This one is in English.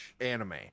anime